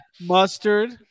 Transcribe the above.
mustard